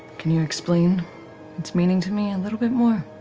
can you explain its meaning to me a little bit more?